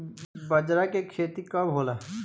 बजरा के खेती कब होला?